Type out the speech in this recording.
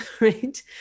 right